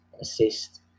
assist